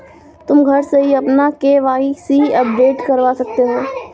तुम घर से ही अपना के.वाई.सी अपडेट करवा सकते हो